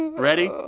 ready?